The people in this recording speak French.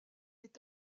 est